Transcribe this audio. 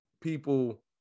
people